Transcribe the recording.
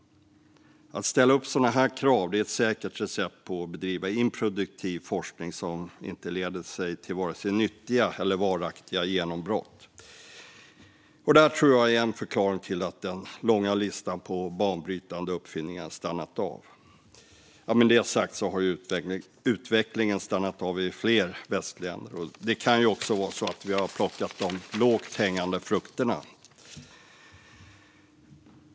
Att ställa sådana krav är ett säkert recept på att bedriva improduktiv forskning som inte leder till vare sig nyttiga eller varaktiga genombrott. Jag tror att detta är en förklaring till att den långa listan på banbrytande uppfinningar har stannat av. Med det sagt har utvecklingen stannat av i fler västländer. Det kan ju också vara så att vi har plockat de lågt hängande frukterna.